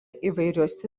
įvairiose